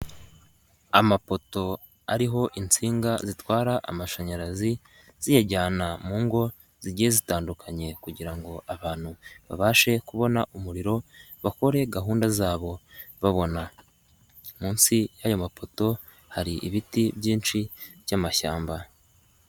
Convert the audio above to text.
Amapoto ariho insinga zitwara amashanyarazi, ziyajyana mu ngo zigiye zitandukanye kugira ngo abantu babashe kubona umuriro, bakore gahunda zabo babona, munsi y'aya mapoto hari ibiti byinshi by'amashyamba.